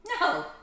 No